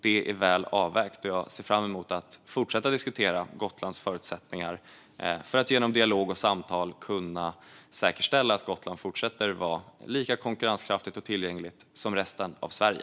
Det är väl avvägt, och jag ser fram emot att fortsätta att diskutera Gotlands förutsättningar för att genom dialog och samtal kunna säkerställa att Gotland fortsätter att vara lika konkurrenskraftigt och tillgängligt som resten av Sverige.